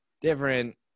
different